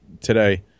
today